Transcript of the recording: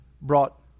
brought